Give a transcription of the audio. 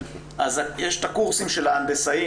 אז יש את הקורסים של ההנדסאים,